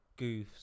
goofs